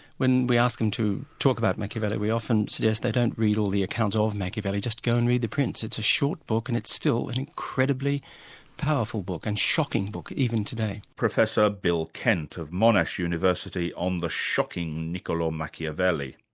when we ask them to talk about machiavelli, we often suggest they don't read all the accounts of machiavelli, just go and read the prince, it's a short book and it's still an incredibly powerful book, and shocking book, even today. professor bill kent of monash university on the shocking niccolo machiavelli.